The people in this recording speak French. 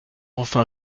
enfin